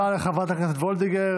תודה רבה לחברת הכנסת וולדיגר.